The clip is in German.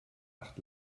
acht